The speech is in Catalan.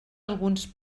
alguns